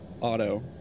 Auto